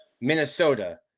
Minnesota